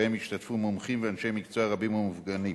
שבהם השתתפו מומחים ואנשי מקצוע רבים ומגוונים.